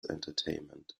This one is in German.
entertainment